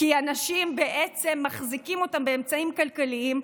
כי מחזיקים אותם באמצעים כלכליים,